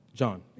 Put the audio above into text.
John